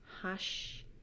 hush